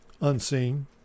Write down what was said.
Unseen